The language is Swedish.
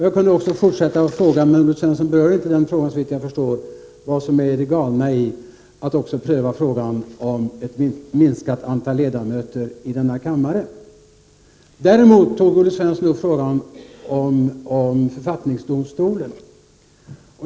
Jag kunde också fortsätta att fråga — Olle Svensson berörde inte den frågan, såvitt jag förstår — vad som är galet i att pröva frågan om ett minskat antal ledamöter i denna kammare. Däremot tog Olle Svensson upp frågan om författningsdomstolen.